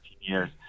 years